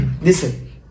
Listen